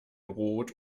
rot